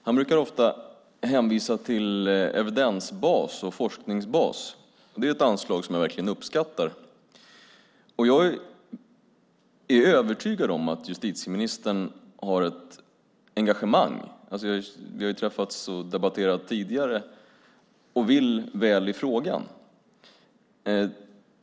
Han brukar ofta hänvisa till evidensbaserad forskning. Det är ett anslag som jag verkligen uppskattar. Jag är övertygad om att justitieministern är engagerad - vi har träffats och debatterat tidigare - och vill väl i frågan.